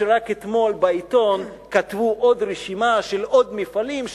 שרק אתמול בעיתון כתבו עוד רשימה של עוד מפעלים,